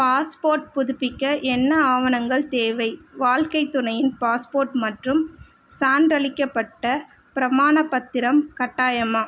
passport புதுப்பிக்க என்ன ஆவணங்கள் தேவை வாழ்க்கைத் துணையின் பாஸ்போர்ட் மற்றும் சான்றளிக்கப்பட்ட பிரமாணப் பத்திரம் கட்டாயமா